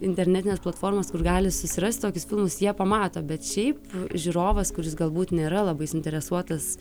internetines platformas kur gali susirasti tokius filmus jie pamato bet šiaip žiūrovas kuris galbūt nėra labai suinteresuotas